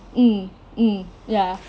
mm mm ya